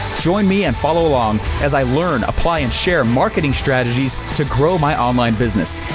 join me and follow along as i learn, apply and share marketing strategies to grow my online business,